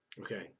okay